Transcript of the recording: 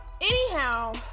anyhow